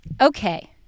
Okay